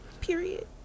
Period